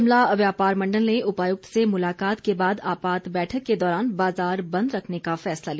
शिमला व्यापार मंडल ने उपायुक्त से मुलाकात के बाद आपात बैठक के दौरान बाजार बंद रखने का फैसला लिया